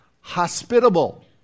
Hospitable